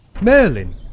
Merlin